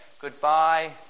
goodbye